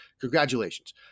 congratulations